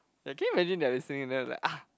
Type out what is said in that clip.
that can you imagine they are singing then it's like ah